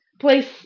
place